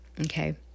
Okay